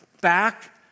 back